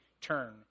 turn